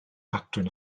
catrin